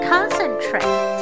Concentrate